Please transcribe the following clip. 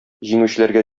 җиңүчеләргә